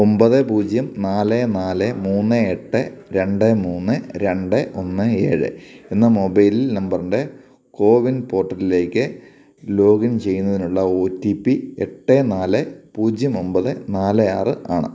ഒമ്പത് പൂജ്യം നാല് നാല് മൂന്ന് എട്ട് രണ്ട് മൂന്ന് രണ്ട് ഒന്ന് ഏഴ് എന്ന മൊബൈൽ നമ്പറിൻ്റെ കോവിൻ പോർട്ടലിലേക്ക് ലോഗിൻ ചെയ്യുന്നതിനുള്ള ഒ ടി പി എട്ട് നാല് പൂജ്യം ഒമ്പത് നാല് ആറ് ആണ്